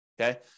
okay